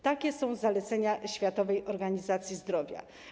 Takie są zalecenia Światowej Organizacji Zdrowia.